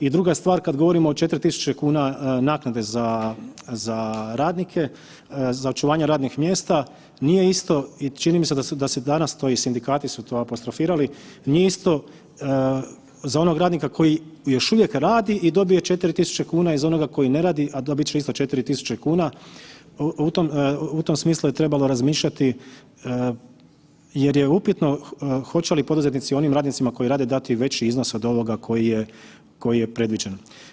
I druga stvar, kada govorimo o 4.000 naknade za rednike, za očuvanje radnih mjesta, nije isto i čini mi se da se danas to i sindikati su to apostrofirali, nije isto za onog radnika koji još uvijek radi i dobije 4.000 kuna i za onoga koji ne radi, a dobit će isto 4.000 kuna u tom smislu je trebalo razmišljati jer je upitno hoće li poduzetnici onim radnicima koji rade dati veći iznos od ovoga koji je predviđen.